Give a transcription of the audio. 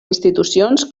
institucions